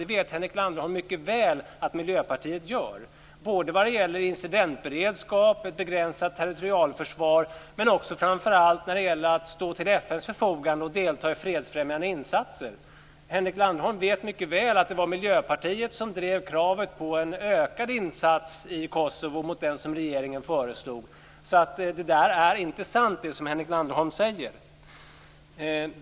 Det vet Henrik Landerholm mycket väl att Miljöpartiet gör när det gäller incidentberedskap och ett begränsat territorialförsvar men framförallt när det gäller att stå till FN:s förfogande och att delta i fredsfrämjande insatser. Henrik Landerholm vet mycket väl att det var Miljöpartiet som drev kravet på en ökad insats i Kosovo jämfört med den som regeringen föreslog. Det som Henrik Landerholm säger är alltså inte sant.